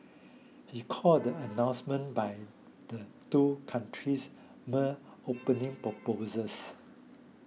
he called the announcements by the two countries mere opening proposals